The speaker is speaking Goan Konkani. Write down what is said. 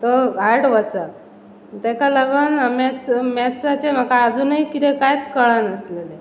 तो हार्ड वचं तेका लागोन ह मॅथ्स मॅथ्साचें म्हाका आजुनूय कितें कांयच कळनासलेलें